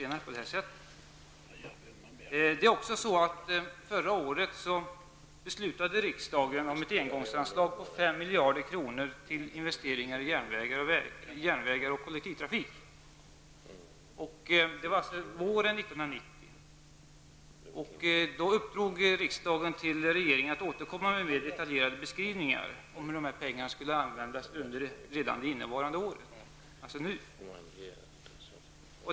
Under våren 1990 beslutade riksdagen om ett engångsanslag på 5 miljarder kronor till investeringar i järnvägar och kollektivtrafik. Riksdagen uppdrog åt regeringen att återkomma med mer detaljerade skrivningar om hur dessa pengar skall användas under det nu pågående budgetåret.